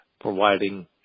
providing